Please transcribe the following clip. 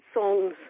songs